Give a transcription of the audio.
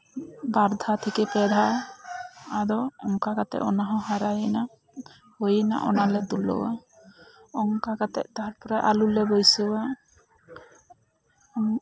ᱵᱟᱨ ᱫᱷᱟᱣ ᱛᱷᱮᱠᱮ ᱯᱮ ᱫᱷᱟᱣ ᱟᱫᱚ ᱚᱱᱠᱟ ᱠᱟᱛᱮ ᱚᱱᱟ ᱦᱚᱸ ᱦᱟᱨᱟᱭᱮᱱᱟ ᱦᱩᱭᱮᱱᱟ ᱚᱱᱟᱞᱮ ᱛᱩᱞᱟᱹᱣᱟ ᱚᱱᱠᱟ ᱠᱟᱛᱮ ᱛᱟᱯᱚᱨᱮ ᱟᱹᱞᱩ ᱞᱮ ᱵᱟᱹᱭᱥᱟᱣᱟ